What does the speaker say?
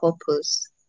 purpose